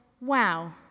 wow